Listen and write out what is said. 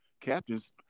captains